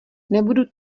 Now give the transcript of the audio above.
nebudu